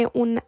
un